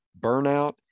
burnout